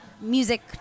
music